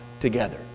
together